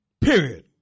Period